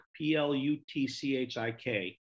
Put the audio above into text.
P-L-U-T-C-H-I-K